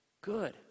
good